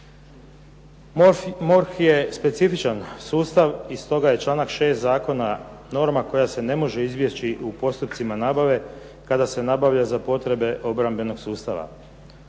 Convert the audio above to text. MORH je specifičan sustav i stoga je članak 6. zakona norma koja se ne može izbjeći u postupcima nabave kada se nabavlja za potrebe obrambenog sustava.